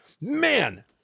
man